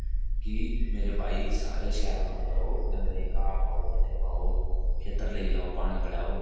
कि मेरे भाई सारे शैल कम्म करो डंगरे गी घा पाओ पट्ठे पाओ खेतर लेई जाओ पानी पिलाओ